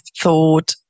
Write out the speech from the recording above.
thought